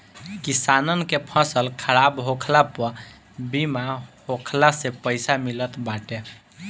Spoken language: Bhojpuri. किसानन के फसल खराब होखला पअ बीमा होखला से पईसा मिलत बाटे